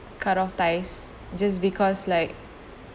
cut off ties just because like